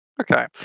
Okay